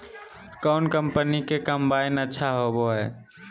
कौन कंपनी के कम्बाइन अच्छा होबो हइ?